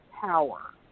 power